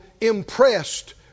impressed